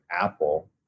Apple